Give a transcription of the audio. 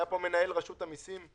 מנהל רשות המיסים היה